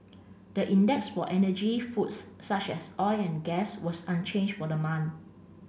the index for energy foods such as oil and gas was unchanged for the month